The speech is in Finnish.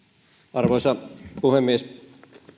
arvoisa puhemies